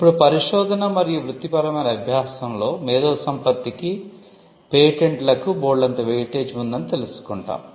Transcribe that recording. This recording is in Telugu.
ఇప్పుడు పరిశోధన మరియు వృత్తిపరమైన అభ్యాసంలో మేధోసంపత్తికి పేటెంట్ లకు బోల్డంత వెయిటేజీ ఉందని తెలుసుకుంటాం